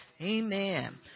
Amen